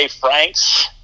Franks